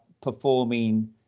performing